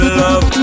love